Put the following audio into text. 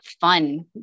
fun